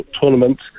tournament